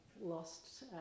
lost